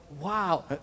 wow